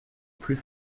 plus